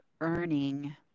earning